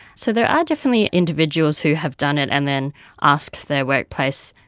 so there are definitely individuals who have done it and then asked their workplace,